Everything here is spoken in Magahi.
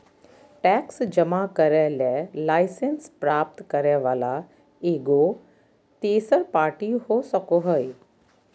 टैक्स जमा करे ले लाइसेंस प्राप्त करे वला एगो तेसर पार्टी हो सको हइ